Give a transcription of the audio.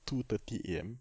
two thirty A_M